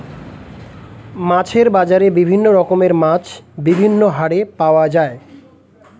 মাছের বাজারে বিভিন্ন রকমের মাছ বিভিন্ন হারে পাওয়া যায়